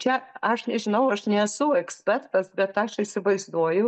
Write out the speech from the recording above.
čia aš nežinau aš nesu ekspertas bet aš įsivaizduoju